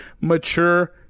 Mature